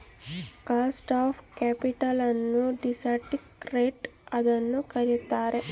cost of capital ನ್ನು discount rate ಅಂತನು ಕರಿತಾರೆ